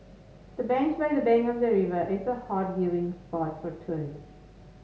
the bench by the bank of the river is a hot viewing spot for tourists